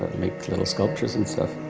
make little sculptures and stuff,